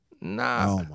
Nah